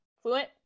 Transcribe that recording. Fluent